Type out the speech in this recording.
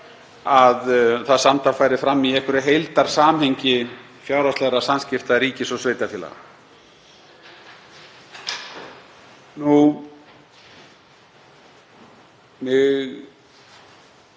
að það samtal færi fram í einhverju heildarsamhengi fjárhagslegra samskipta ríkis og sveitarfélaga. Mig